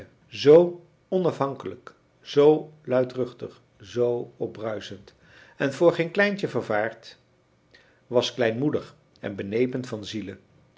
zoo onafhankelijk zoo luidruchtig zoo opbruisend en voor geen kleintje vervaard was kleinmoedig en benepen van ziele